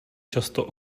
často